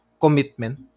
commitment